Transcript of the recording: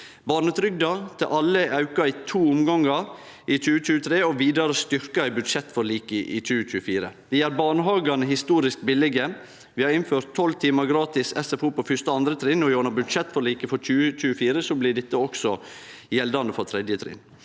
Barnetrygda til alle er auka i to omgangar i 2023 og vidare styrkt i budsjettforliket for 2024. Vi gjer barnehagane historisk billege, vi har innført 12 timar gratis SFO på 1. og 2. trinn, og gjennom budsjettforliket for 2024 blir dette også gjeldande for 3. trinn.